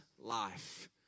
life